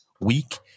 week